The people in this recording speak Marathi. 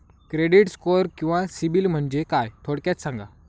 क्रेडिट स्कोअर किंवा सिबिल म्हणजे काय? थोडक्यात सांगा